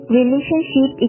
relationship